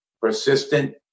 persistent